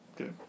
okay